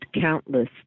countless